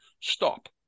stop